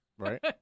Right